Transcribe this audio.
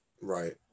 Right